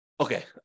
Okay